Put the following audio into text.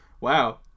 Wow